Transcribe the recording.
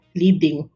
leading